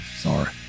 Sorry